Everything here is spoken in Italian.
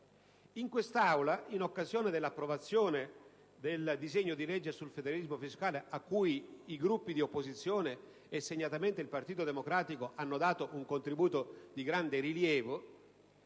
In quest'Aula, in occasione dell'approvazione del disegno di legge sul federalismo fiscale, a cui i Gruppi di opposizione e, segnatamente, il Partito Democratico, hanno dato un contributo di grande rilievo,